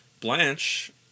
Blanche